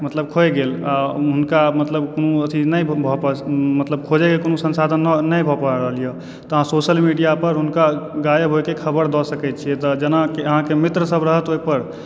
मतलब खोय गेल आ हुनका मतलब कोनो अथी नहि भऽ पायब मतलब खोजै के कोनो संसाधनो नहि भऽ पाबि रहल यऽ तऽ अहाँ सोशल मीडिया पर हुनका गायब होय के खबर दऽ सकै छियै तऽ जेना अहाँके मित्र सब रहत ओहिपर